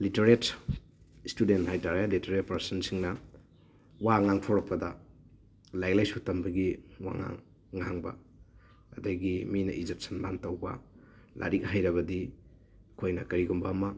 literate ꯏꯁꯇꯨꯗꯦꯟ ꯍꯥꯏꯇꯥꯔꯦ literate ꯄꯥꯔꯁꯟꯁꯤꯡꯅ ꯋꯥ ꯉꯥꯡꯊꯣꯔꯛꯄꯗ ꯂꯥꯏꯔꯤꯛ ꯂꯥꯏꯁꯨ ꯇꯝꯕꯒꯤ ꯋꯥꯉꯥꯡ ꯉꯥꯡꯕ ꯑꯗꯒꯤ ꯃꯤꯅ ꯏꯖꯠ ꯁꯟꯃꯥꯟ ꯇꯧꯕ ꯂꯥꯏꯔꯤꯛ ꯍꯩꯔꯕꯗꯤ ꯑꯩꯈꯣꯏꯅ ꯀꯔꯤꯒꯨꯝꯕ ꯑꯃ